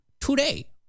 today